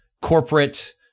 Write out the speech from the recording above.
corporate